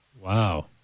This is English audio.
Wow